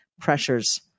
pressures